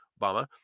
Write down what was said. Obama